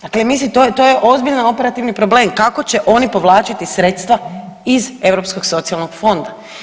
Dakle, mislim to je ozbiljan operativni problem kako će oni povlačiti sredstva iz Europskog socijalnog fonda.